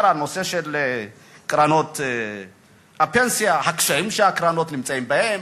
על נושא קרנות הפנסיה והקשיים שהקרנות נמצאות בהם.